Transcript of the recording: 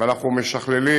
ואנחנו משכללים